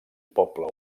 poble